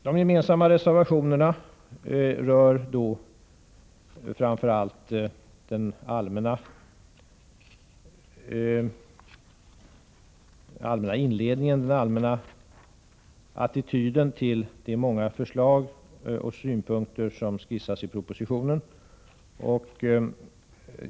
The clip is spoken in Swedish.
De gemensamma reservationerna rör framför allt den allmänna attityden till de många förslag och synpunkter som skissas i propositionen.